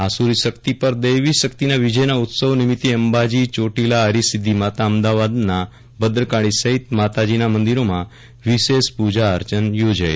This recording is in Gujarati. આસુરી શકિત પર દૈવી શકિતના વિજયના ઉત્સવ નિમિત્તે ગઈકાલથી અંબાજી ચોટીલા હરસિધ્ધિ માતા અમદાવાદના ભદ્રકાળી સહિત માતાજીના મંદિરોમાં વિશેષ પુજા અર્ચન યોજાઈ